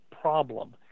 problem